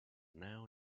now